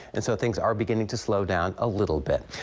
and so things are beginning to slow down a little bit.